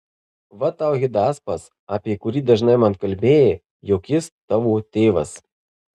va tau hidaspas apie kurį dažnai man kalbėjai jog jis tavo tėvas